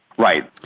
right.